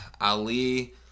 Ali